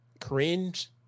cringe